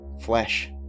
flesh